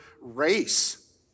race